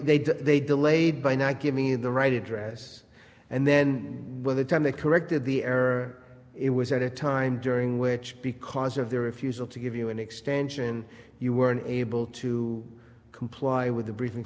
did they delayed by not give me the right address and then when the time they corrected the error it was at a time during which because of their refusal to give you an extension you were able to comply with the br